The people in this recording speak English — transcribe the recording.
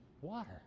water